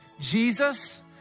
Jesus